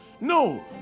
No